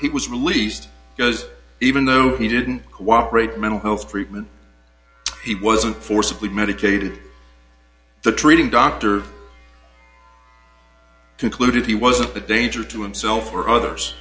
he was released because even though he didn't cooperate mental health treatment he wasn't forcibly medicated the treating doctor concluded he wasn't the danger to himself or others